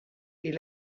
est